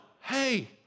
hey